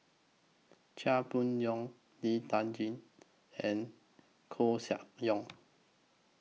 Chia Boon Leong Lee Tjin and Koeh Sia Yong